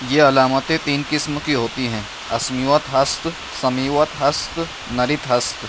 یہ علامتیں تین قسم کی ہوتی ہیں اسمیوت ہست سمیوت ہست نرِت ہست